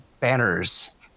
banners